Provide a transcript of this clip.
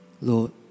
Lord